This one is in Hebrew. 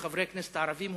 אל חברי הכנסת הערבים,